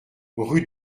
rue